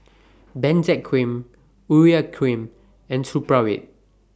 Benzac Cream Urea Cream and Supravit